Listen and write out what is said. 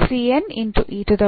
ಆದ್ದರಿಂದ